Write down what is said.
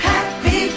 Happy